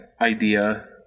idea